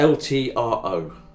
LTRO